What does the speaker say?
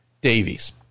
davies